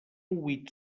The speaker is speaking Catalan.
huit